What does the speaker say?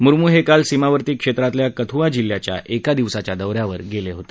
मुर्मू हे काल सीमावर्ती क्षेत्रातल्या कथुआ जिल्ह्याच्या एक दिवसाच्या दौऱ्यावर गेले होते